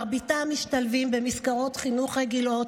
מרביתם משתלבים במסגרות חינוך רגילות,